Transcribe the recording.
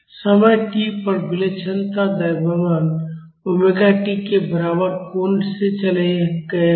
समय t पर विलक्षणता द्रव्यमान ओमेगा टी के बराबर कोण से चले गए होंगे